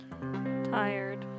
Tired